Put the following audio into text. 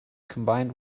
combined